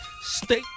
state